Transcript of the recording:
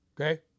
Okay